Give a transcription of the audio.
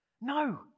No